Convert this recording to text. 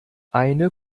eine